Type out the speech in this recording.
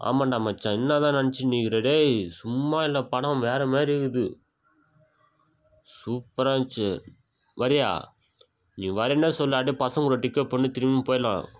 ஆமாண்டா மச்சான் என்ன தான் நெனைச்சின்னுக்கிற டேய் சும்மா இல்லை படம் வேறு மாரிக்குது சூப்பராக இருந்துச்சு வரியா நீ வரேன்னால் சொல்லு அப்டேயே பசங்கள் கூட டிக்கட் புக் பண்ணி திரும்பி போயிடலாம்